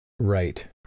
Right